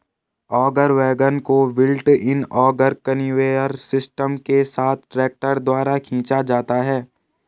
auger wagon को built in auger conveyor system के साथ ट्रैक्टर द्वारा खींचा जाता है